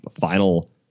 final